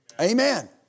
Amen